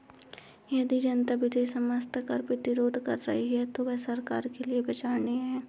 यदि जनता विधि सम्मत कर प्रतिरोध कर रही है तो वह सरकार के लिये विचारणीय है